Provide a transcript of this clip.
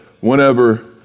whenever